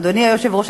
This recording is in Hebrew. אדוני היושב-ראש,